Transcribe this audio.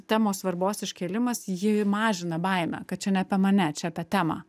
temos svarbos iškėlimas ji mažina baimę kad čia ne apie mane čia apie temą